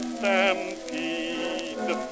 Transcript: stampede